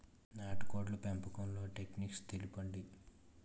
నాటుకోడ్ల పెంపకంలో టెక్నిక్స్ తెలుపండి?